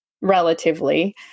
relatively